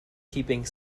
keeping